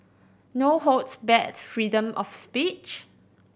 no holds bad's freedom of speech